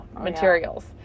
materials